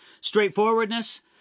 straightforwardness